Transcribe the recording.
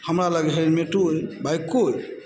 हमरा लग हेलमेटो अइ बाइको अइ